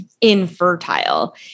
infertile